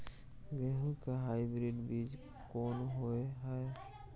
गेहूं के हाइब्रिड बीज कोन होय है?